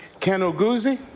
kendall gusey,